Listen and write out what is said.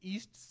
East